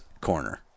corner